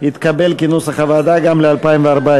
סעיף 51 התקבל כנוסח הוועדה גם ל-2014.